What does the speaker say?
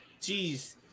Jeez